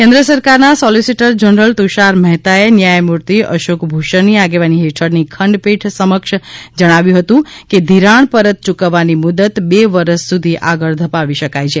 કેન્દ્ર સરકારના solicitor general Tushar મહેતાએ ન્યાયમૂર્તિ અશોક ભૂષણની આગેવાની હેઠળની ખંડપીઠ સમક્ષ જણાવ્યું હતું કે ધિરાણ પરત યૂકવવાની મુદત બે વરસ સુધી આગળ ધપાવી શકાય છે